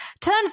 turns